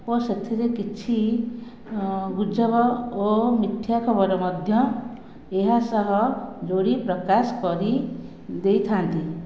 ଓ ସେଥିରେ କିଛି ଗୁଜବ ଓ ମିଥ୍ୟା ଖବର ମଧ୍ୟ ଏହା ସହ ଯୋଡ଼ି ପ୍ରକାଶ କରିଦେଇଥାନ୍ତି